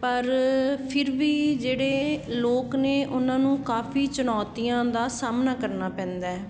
ਪਰ ਫਿਰ ਵੀ ਜਿਹੜੇ ਲੋਕ ਨੇ ਓਹਨਾਂ ਨੂੰ ਕਾਫੀ ਚੁਣੌਤੀਆਂ ਦਾ ਸਾਹਮਣਾ ਕਰਨਾ ਪੈਂਦਾ